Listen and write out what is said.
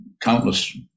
countless